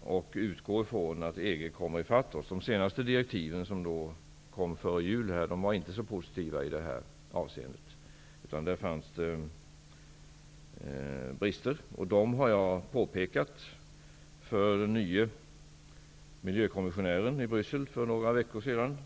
och utgå från att EG kommer ifatt oss. De senaste direktiven, som kom före jul var inte så positiva i det här avseendet. Där fanns det brister. Dem har jag påpekat för nye miljöministern i Bryssel, Paleokrassas, för några veckor sedan.